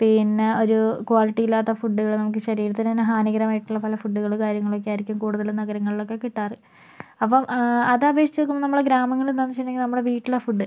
പിന്നെ ഒരു ക്വാളിറ്റി ഇല്ലാത്ത ഫുഡുകള് നമുക്ക് ശരീരത്തിന് തന്നെ ഹാനീകരമായിട്ടുള്ള പല ഫുഡുകള് കാര്യങ്ങളൊക്കെ ആയിരിക്കും കൂടുതല് നഗരങ്ങളിലൊക്കെ കിട്ടാറ് അപ്പം അതപേക്ഷിച്ചു നോക്കുമ്പോൾ നമ്മുടെ ഗ്രാമങ്ങളിൽ എന്താന്ന് വെച്ചിട്ടുണ്ടെങ്കിൽ നമ്മുടെ വീട്ടിലെ ഫുഡ്